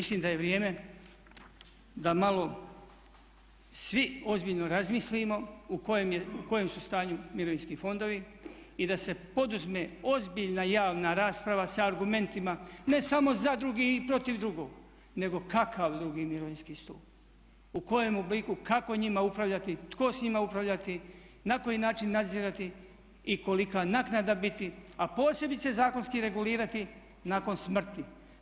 Mislim da je vrijeme da malo svi ozbiljno razmislimo u kojem su stanju mirovinski fondovi i da se poduzme ozbiljna javna rasprava sa argumentima ne samo za druge i protiv drugog nego kakav drugi mirovinski stup, u kojem obliku, kako njime upravljati, tko s njime upravlja, na koji način nadzirati i kolika naknada biti a posebice zakonski regulirati nakon smrti.